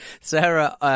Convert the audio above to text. Sarah